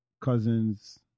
cousins